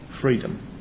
freedom